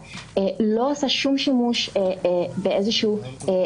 וחשוב לחזק גם את הממשלה וגם את הכנסת.